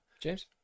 James